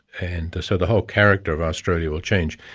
and so the whole character of australia will change.